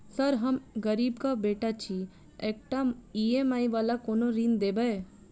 Sir हम गरीबक बेटा छी एकटा ई.एम.आई वला कोनो ऋण देबै?